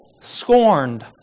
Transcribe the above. scorned